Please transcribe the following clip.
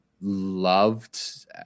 loved